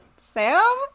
Sam